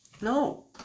No